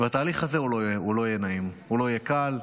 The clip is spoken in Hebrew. והתהליך הזה לא יהיה נעים, הוא לא יהיה קל.